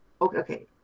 okay